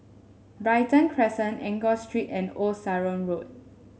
Brighton Crescent Enggor Street and Old Sarum Road